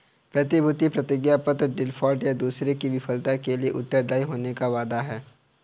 प्रतिभूति प्रतिज्ञापत्र डिफ़ॉल्ट, या दूसरे की विफलता के लिए उत्तरदायी होने का वादा है